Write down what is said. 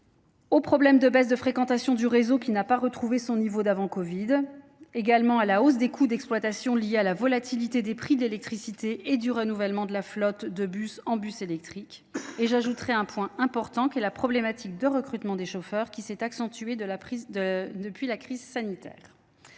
au problème de baisse de la fréquentation du réseau, qui n’a pas retrouvé son niveau d’avant covid, ainsi qu’à la hausse des coûts d’exploitation liée à la volatilité des prix de l’électricité et du renouvellement de la flotte en bus électriques. Autre point important, la problématique de recrutement des chauffeurs s’est accentuée depuis la crise sanitaire.